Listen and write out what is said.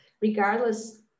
Regardless